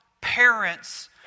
parents